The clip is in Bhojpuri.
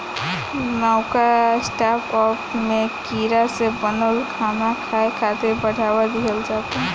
नवका स्टार्टअप में कीड़ा से बनल खाना खाए खातिर बढ़ावा दिहल जाता